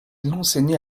enseignait